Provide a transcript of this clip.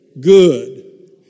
good